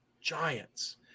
giants